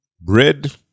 bread